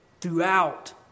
throughout